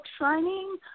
shining